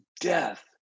death